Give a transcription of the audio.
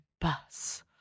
bus